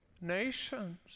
nations